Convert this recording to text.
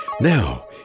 Now